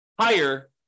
higher